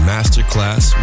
Masterclass